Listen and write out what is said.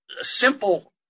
simple